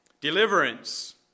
Deliverance